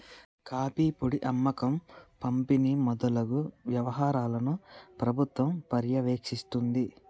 coffee పొడి అమ్మకం పంపిణి మొదలగు వ్యవహారాలను ప్రభుత్వం పర్యవేక్షిస్తుంది